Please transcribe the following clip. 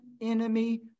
enemy